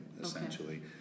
essentially